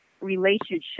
relationship